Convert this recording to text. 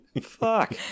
Fuck